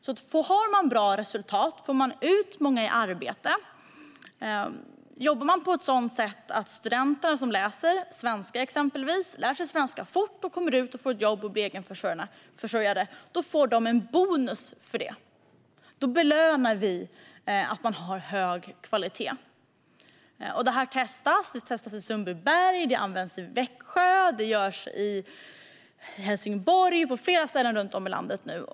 Om man har bra resultat, får ut många i arbete, jobbar på ett sådant sätt att de studenter som läser exempelvis svenska lär sig språket fort, kommer ut i jobb och blir egenförsörjande får man en bonus för det. Då belönar vi att man har hög kvalitet. Detta testas och används i Sundbyberg, Växjö, Helsingborg och på fler ställen runt om i landet.